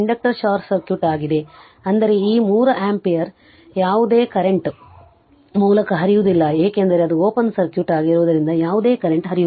ಇದು inductor short circuit ಆಗಿದೆ ಅಂದರೆ ಈ 3 ಆಂಪಿಯರ್ ಯಾವುದೇ ಕರೆಂಟ್ ಮೂಲಕ ಹರಿಯುವುದಿಲ್ಲ ಏಕೆಂದರೆ ಅದು ಓಪನ್ ಸರ್ಕ್ಯೂಟ್ ಆಗಿರುವುದರಿಂದ ಯಾವುದೇ ಕರೆಂಟ್ ಹರಿಯುವುದಿಲ್ಲ